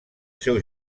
seu